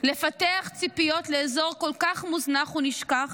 לפתח ציפיות לאזור כל כך מוזנח ונשכח,